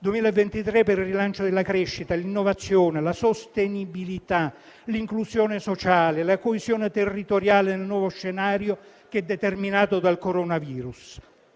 2021-2023 per il rilancio della crescita, l'innovazione, la sostenibilità, l'inclusione sociale e la coesione territoriale nel nuovo scenario determinato dal coronavirus.